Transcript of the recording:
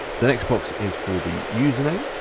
the next box is for the username.